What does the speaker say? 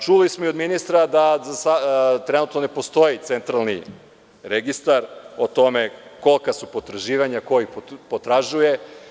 Čuli smo i od ministra da trenutno ne postoji centralni registar o tome kolika su potraživanja i ko ih potražuje.